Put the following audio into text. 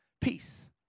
peace